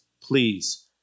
please